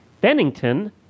Bennington